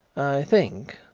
think,